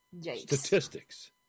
Statistics